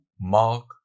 mark